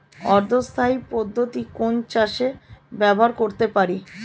অর্ধ স্থায়ী পদ্ধতি কোন চাষে ব্যবহার করতে পারি?